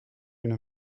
une